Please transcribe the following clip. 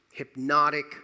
hypnotic